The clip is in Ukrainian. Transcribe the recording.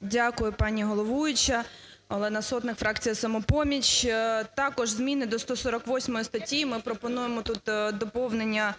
Дякую, пані головуюча. Олена Сотник, фракція "Самопоміч". Також зміни до 148 статті. Ми пропонуємо тут доповнення